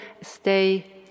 stay